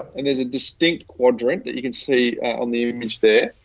and there's a distinct quadrant that you can see on the image there.